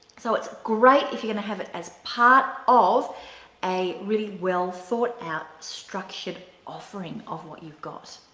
so, it's great if you're going to have it as part of a really well thought out structured offering of what you've got.